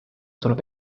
tuleb